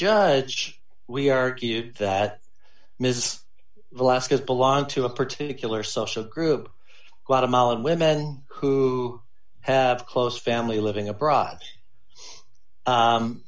judge we argued that ms alaska's belonged to a particular social group guatemalan women who have close family living abroad